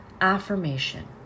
affirmation